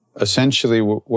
essentially